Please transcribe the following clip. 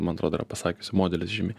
man atrodo yra pasakiusi modelis žymi